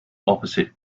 opposite